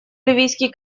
ливийский